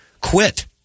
Quit